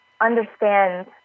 understand